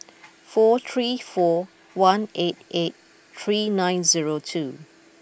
four three four one eight eight three nine zero two